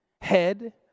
Head